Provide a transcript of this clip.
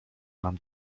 nam